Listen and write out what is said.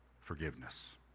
forgiveness